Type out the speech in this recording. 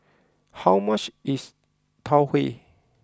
how much is Tau Huay